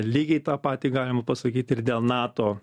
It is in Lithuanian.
lygiai tą patį galima pasakyt ir dėl nato